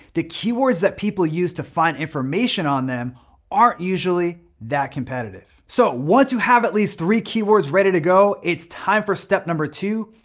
the keywords that people use to find information on them aren't usually that competitive. so once you have at least three keywords ready to go, it's time for step number two,